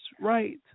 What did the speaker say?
right